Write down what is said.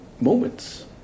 moments